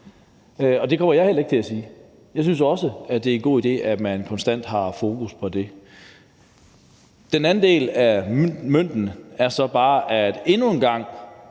og det kommer jeg heller ikke til at sige. Jeg synes også, at det er en god idé, at man konstant har fokus på det. Den anden del side af mønten er så bare, at endnu en gang